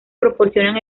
proporcionan